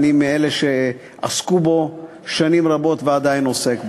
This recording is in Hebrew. אני מאלה שעסקו בו שנים רבות ועדיין עוסק בו.